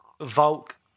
Volk